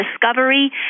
discovery